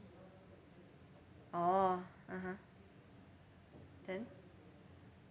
orh (uh huh) then